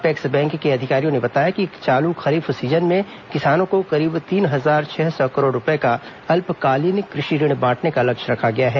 apex bank के अधिकारियों ने बताया कि चालू खरीफ सीजन में किसानों को करीब तीन हजार छह सौ करोड़ रूपये का अल्पकालीन कृषि ऋण बांटने का लक्ष्य रखा गया है